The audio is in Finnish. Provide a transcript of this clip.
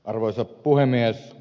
arvoisa puhemies